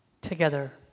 together